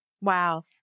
Wow